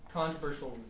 controversial